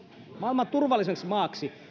maailman turvallisimmaksi maaksi niin